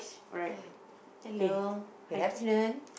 hello good afternoon